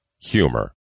humor